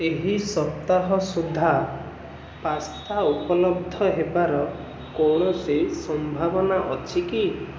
ଏହି ସପ୍ତାହ ସୁଦ୍ଧା ପାସ୍ତା ଉପଲବ୍ଧ ହେବାର କୌଣସି ସମ୍ଭାବନା ଅଛି କି